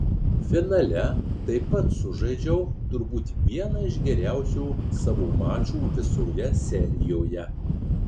finale taip pat sužaidžiau turbūt vieną iš geriausių savo mačų visoje serijoje